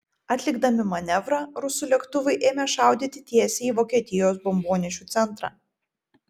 atlikdami manevrą rusų lėktuvai ėmė šaudyti tiesiai į vokietijos bombonešių centrą